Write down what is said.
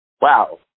Wow